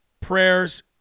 Prayers